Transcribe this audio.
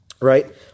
Right